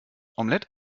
omelette